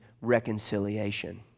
reconciliation